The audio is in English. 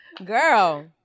girl